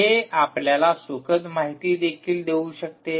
हे आपल्याला सुखद माहिती देखील देऊ शकते